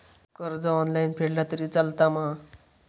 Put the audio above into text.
कर्ज ऑनलाइन फेडला तरी चलता मा?